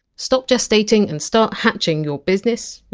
stop gestating and start hatching your business,